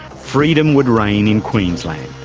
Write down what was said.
freedom would reign in queensland.